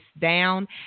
down